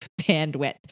bandwidth